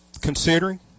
considering